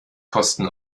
kosten